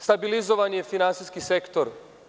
Stabilizovan je finansijski sektor.